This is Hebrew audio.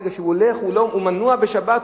בגלל שהוא מנוע בשבת,